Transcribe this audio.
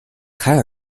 凯尔